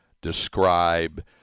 describe